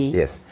yes